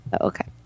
Okay